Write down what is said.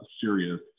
serious